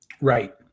right